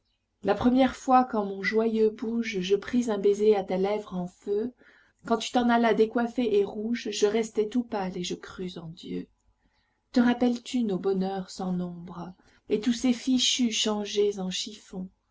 la première fois qu'en mon joyeux bouge je pris un baiser à ta lèvre en feu quand tu t'en allas décoiffée et rouge je restai tout pâle et je crus en dieu te rappelles-tu nos bonheurs sans nombre et tous ces fichus changés en chiffons